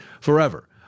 forever